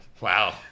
Wow